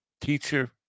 teacher